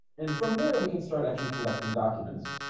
and from there we can start actually collecting documents